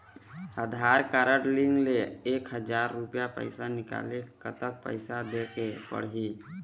आधार card link ले एक हजार रुपया पैसा निकाले ले कतक पैसा देहेक पड़ही?